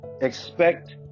expect